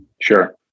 Sure